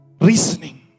reasoning